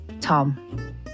Tom